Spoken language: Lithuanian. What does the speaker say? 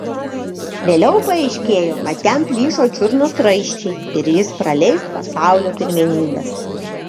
vėliau paaiškėjo kad jam plyšo čiurnos raiščiai ir jis praleis pasaulio pirmenybes